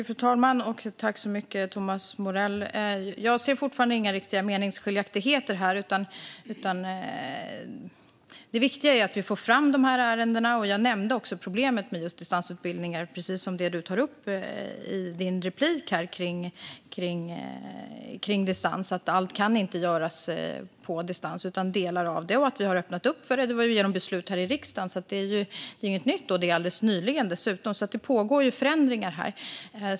Fru talman! Tack, så mycket, Thomas Morell! Jag ser fortfarande inga riktiga meningsskiljaktigheter, utan det viktiga är att vi får fram ärendena. Jag nämnde problemet med distansutbildningar, precis som du tog upp i din replik, och att allt inte kan göras på distans. Delar går, och vi har öppnat upp för det genom beslut här i riksdagen. Det är inte något nytt, utan det skedde alldeles nyligen. Det pågår förändringar här.